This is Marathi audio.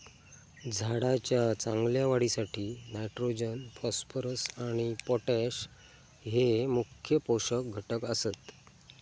झाडाच्या चांगल्या वाढीसाठी नायट्रोजन, फॉस्फरस आणि पोटॅश हये मुख्य पोषक घटक आसत